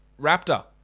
Raptor